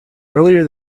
earlier